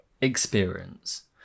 experience